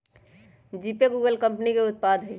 GPay Google कंपनी के उत्पाद हइ